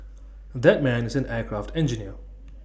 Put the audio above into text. that man is an aircraft engineer